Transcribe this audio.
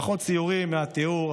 פחות ציורי מהתיאור,